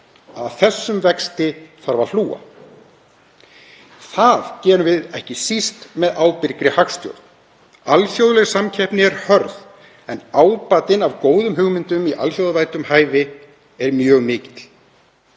Að þessum vexti þarf að hlúa. Það gerum við ekki síst með ábyrgri hagstjórn. Alþjóðleg samkeppni er hörð en ábatinn af góðum hugmyndum í alþjóðavæddum heimi er mjög mikill.